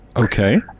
Okay